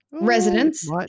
residents